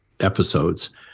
episodes